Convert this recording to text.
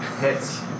hits